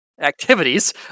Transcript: activities